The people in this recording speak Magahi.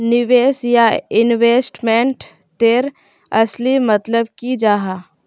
निवेश या इन्वेस्टमेंट तेर असली मतलब की जाहा?